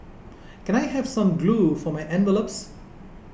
can I have some glue for my envelopes